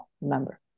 Remember